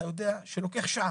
אתה יודע שלוקח שעה.